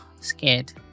Scared